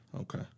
Okay